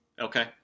Okay